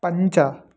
पञ्च